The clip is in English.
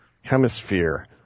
hemisphere